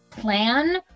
plan